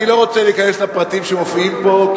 אני לא רוצה להיכנס לפרטים שמופיעים פה,